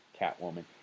Catwoman